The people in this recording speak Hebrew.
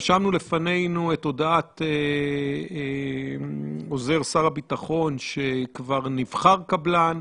רשמנו לפנינו את הודעת עוזר שר הביטחון שכבר נבחר קבלן,